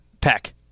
Peck